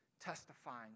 testifying